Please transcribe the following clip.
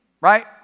Right